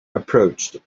approached